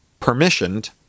Permissioned